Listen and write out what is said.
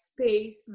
space